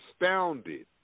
astounded